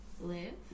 live